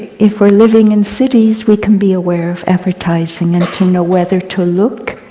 if we are living in cities, we can be aware of advertising, and to know whether to look,